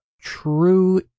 true